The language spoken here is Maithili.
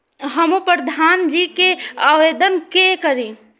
हमू प्रधान जी के आवेदन के करी?